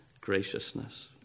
graciousness